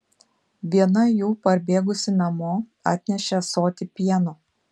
viena jų parbėgusi namo atnešė ąsotį pieno